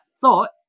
thought